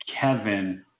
Kevin